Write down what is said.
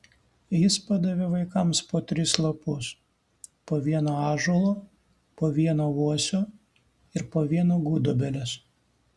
jis padavė vaikams po tris lapus po vieną ąžuolo po vieną uosio ir po vieną gudobelės